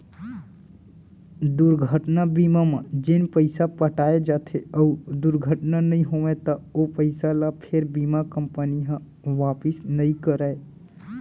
दुरघटना बीमा म जेन पइसा पटाए जाथे अउ दुरघटना नइ होवय त ओ पइसा ल फेर बीमा कंपनी ह वापिस नइ करय